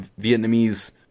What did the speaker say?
Vietnamese